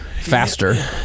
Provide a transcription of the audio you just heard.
faster